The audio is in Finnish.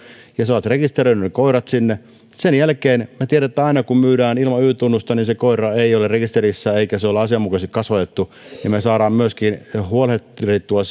ja sinä olet rekisteröinyt ne koirat sinne sen jälkeen me tiedämme aina kun myydään ilman y tunnusta että se koira ei ole rekisterissä eikä sitä ole asianmukaisesti kasvatettu me saamme myöskin huolehdittua